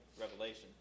Revelation